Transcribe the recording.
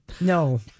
no